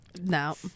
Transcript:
no